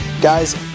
Guys